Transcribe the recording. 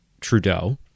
Trudeau